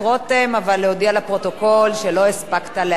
אבל להודיע לפרוטוקול שלא הספקת להצביע.